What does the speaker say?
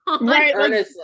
Right